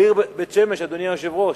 בעיר בית-שמש, אדוני היושב-ראש,